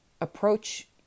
approach